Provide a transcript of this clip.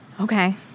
Okay